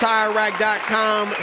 TireRack.com